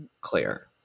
clear